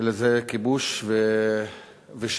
אלא זה כיבוש ושליטה